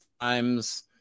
times